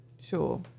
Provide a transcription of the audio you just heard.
Sure